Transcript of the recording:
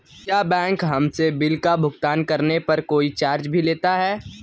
क्या बैंक हमसे बिल का भुगतान करने पर कोई चार्ज भी लेता है?